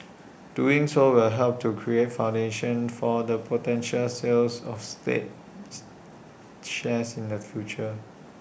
doing so will help create A foundation for the potential sales of states shares in the future